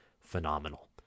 phenomenal